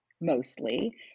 mostly